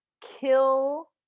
kill